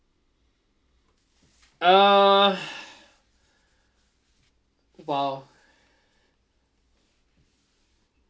uh !wow!